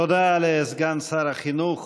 תודה לסגן שר החינוך